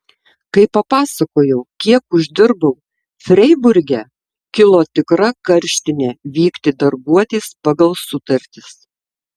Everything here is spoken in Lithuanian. kai papasakojau kiek uždirbau freiburge kilo tikra karštinė vykti darbuotis pagal sutartis